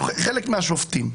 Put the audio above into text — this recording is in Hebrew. חלק מהשופטים.